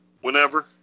Whenever